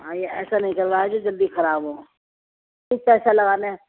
ہاں یہ ایسا نہیں کروایا جو جلدی خراب ہو کچھ پیسہ لگانے ہیں